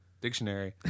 Dictionary